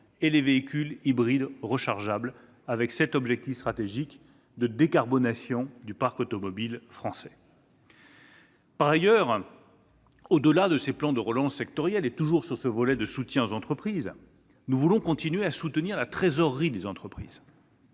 et les véhicules hybrides rechargeables, afin d'atteindre notre objectif stratégique de décarbonation du parc automobile français. Par ailleurs, au-delà de ces plans de relance sectoriels, et toujours au titre de ce premier volet de soutien aux entreprises, nous voulons continuer à soutenir la trésorerie des entreprises,